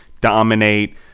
dominate